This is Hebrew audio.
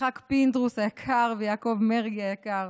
ליצחק פינדרוס היקר וליעקב מרגי היקר.